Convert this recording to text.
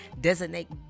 designate